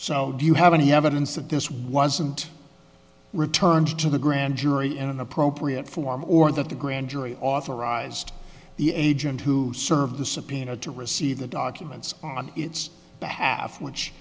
so do you have any evidence that this wasn't returned to the grand jury in an appropriate form or that the grand jury authorized the agent who served the subpoena to receive the documents on its behalf which